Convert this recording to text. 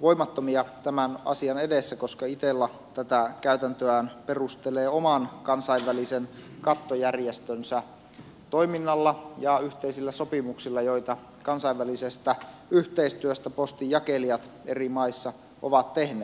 voimattomia tämän asian edessä koska itella tätä käytäntöään perustelee oman kansainvälisen kattojärjestönsä toiminnalla ja yhteisillä sopimuksilla joita kansainvälisestä yhteistyöstä postinjakelijat eri maissa ovat tehneet